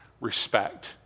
respect